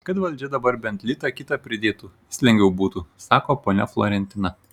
kad valdžia dabar bent litą kitą pridėtų vis lengviau būtų sako ponia florentina